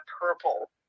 purple